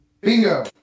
Bingo